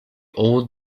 old